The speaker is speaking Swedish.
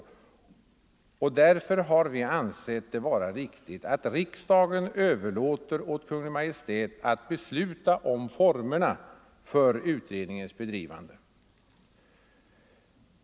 Mot den bakgrunden har vi ansett det vara riktigt att riksdagen överlåter åt Kungl. Maj:t att besluta om formerna för utredningens bedrivande.